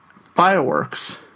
Fireworks